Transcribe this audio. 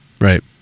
Right